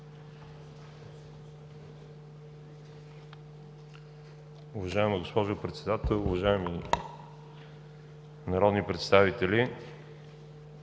Уважаема госпожо Председател, уважаеми народни представители!